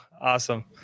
Awesome